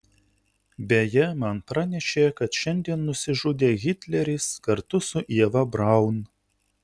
beje man pranešė kad šiandien nusižudė hitleris kartu su ieva braun